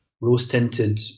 rose-tinted